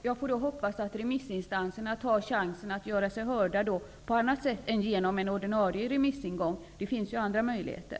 Fru talman! Jag hoppas att remissinstanserna tar chansen att göra sig hörda på annat sätt än genom en ordinarie remissomgång. Det finns ju andra möjligheter.